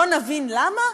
לא נבין למה,